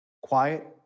quiet